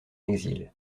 exil